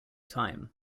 time